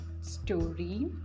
story